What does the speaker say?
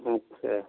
अच्छा